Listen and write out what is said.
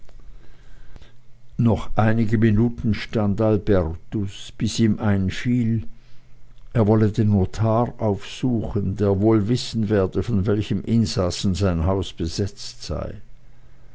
noch einige minuten stand albertus bis ihm einfiel er wolle den notar aufsuchen der wohl wissen werde von welchem insassen sein haus besetzt sei